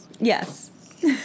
Yes